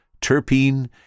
terpene